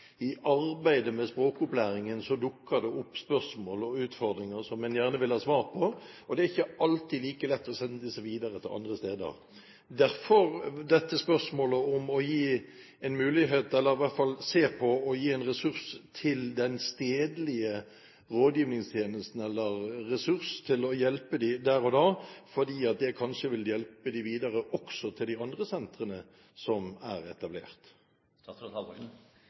arbeidet med språkopplæringen dukker det opp spørsmål og utfordringer som en gjerne vil ha svar på. Og det er ikke alltid like lett å sende disse videre til andre steder. Derfor dette spørsmålet om å se på om man kan gi ressurser til den stedlige rådgivningstjenesten, ressurser til å hjelpe disse elevene der og da, fordi det kanskje vil hjelpe dem videre også til de andre sentrene som er etablert.